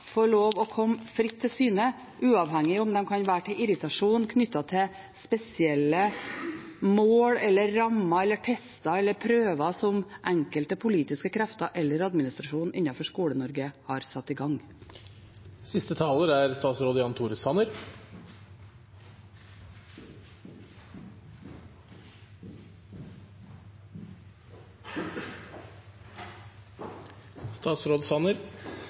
lov til å komme fritt til syne, uavhengig av om det er til irritasjon på grunn av spesielle mål, rammer, tester eller prøver som enkelte politiske krefter eller administrasjon innenfor Skole-Norge har satt i